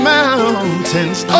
mountains